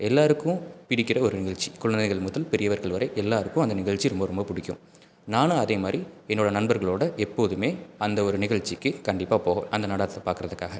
எல்லோருக்கும் பிடிக்கிற ஒரு நிகழ்ச்சி குழந்தைகள் முதல் பெரியவர்கள் வரை எல்லாருக்கும் அந்த நிகழ்ச்சி ரொம்ப ரொம்ப பிடிக்கும் நானும் அதேமாதிரி என்னோடய நண்பர்களோடு எப்போதுமே அந்த ஒரு நிகழ்ச்சிக்கு கண்டிப்பாக போவேன் அந்த நடனத்தை பார்க்குறத்துக்காக